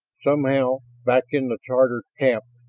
somehow, back in the tatar camp,